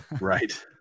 Right